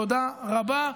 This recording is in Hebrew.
תודה רבה.